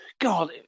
god